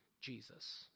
Jesus